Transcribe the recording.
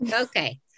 Okay